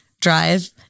drive